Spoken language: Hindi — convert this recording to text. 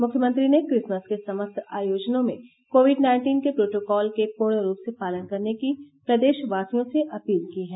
मुख्यमंत्री ने क्रिसमस के समस्त आयोजनों में कोविड नाइन्दीन के प्रोटोकाल के पूर्ण रूप से पालन करने की प्रदेशवासियों से अपील की हैं